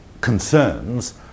concerns